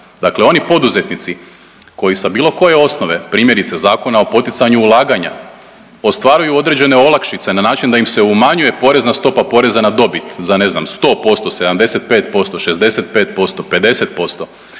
Dakle oni poduzetnici koji sa bilo koje osnove, primjerice, Zakona o poticanju ulaganja, ostvaruju određene olakšice na način da im se umanjuje porezna stopa poreza na dobit, za ne znam, 100%, 75%, 65%, 50%,